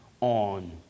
on